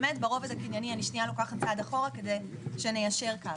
ברובד הקנייני אני לוקחת צעד אחורה כדי ליישר קו.